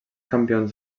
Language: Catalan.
campions